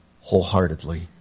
wholeheartedly